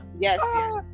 yes